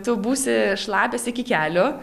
tu būsi šlapias iki kelių